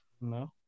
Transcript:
No